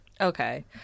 okay